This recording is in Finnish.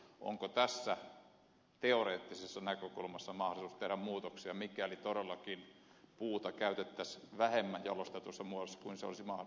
onko tässä teoreettisessa näkökulmassa mahdollisuus tehdä muutoksia mikäli todellakin puuta käytettäisiin vähemmän jalostetussa moskun seos on